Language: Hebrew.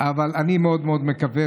אבל אני מאוד מאוד מקווה,